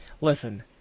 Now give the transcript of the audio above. Listen